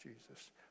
Jesus